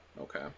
Okay